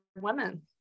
women